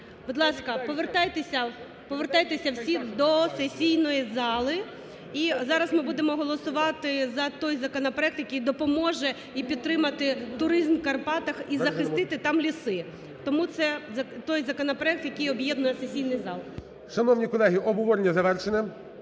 Будь ласка, повертайтеся всі до сесійної зали. І зараз ми будемо голосувати за той законопроект, який допоможе і підтримати туризм в Карпатах, і захистити там ліси. Тому цей той законопроект, який об'єднує сесійний зал. Веде засідання Голова Верховної